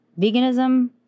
Veganism